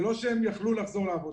זה לא שהם יכלו לחזור לעבודה.